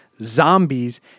zombies